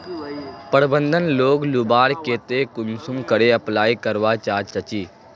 प्रबंधन लोन लुबार केते कुंसम करे अप्लाई करवा चाँ चची?